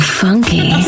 funky